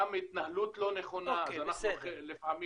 גם התנהלות לא נכונה, אז אנחנו לפעמים